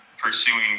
pursuing